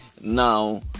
Now